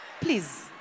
Please